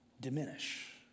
diminish